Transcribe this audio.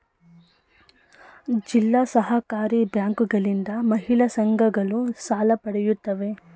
ಜಿಲ್ಲಾ ಸಹಕಾರಿ ಬ್ಯಾಂಕುಗಳಿಂದ ಮಹಿಳಾ ಸಂಘಗಳು ಸಾಲ ಪಡೆಯುತ್ತವೆ